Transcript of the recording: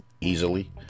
easily